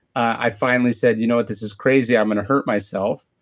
i finally said, you know what? this is crazy. i'm going to hurt myself.